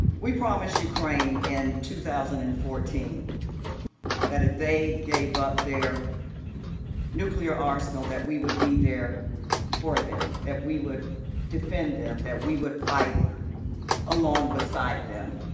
we promise ukraine in two thousand and fourteen that if they gave up the nuclear arsenal that we would be there for them. that we would defend them. that we would fight along beside them.